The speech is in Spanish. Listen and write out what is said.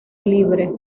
libre